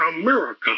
America